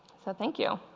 so thank you.